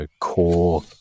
core